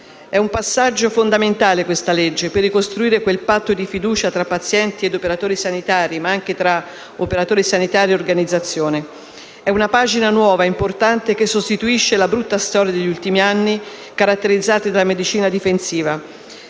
È un passaggio fondamentale, per ricostruire quel patto di fiducia tra pazienti e operatori sanitari, ma anche tra operatori sanitari e organizzazione. È una pagina nuova e importante che sostituisce la brutta storia degli ultimi anni, caratterizzati dalla medicina difensiva,